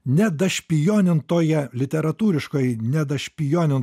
nedašpionintoje literatūriškai nedašpijonin